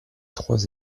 trois